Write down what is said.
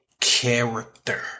character